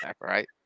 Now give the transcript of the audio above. Right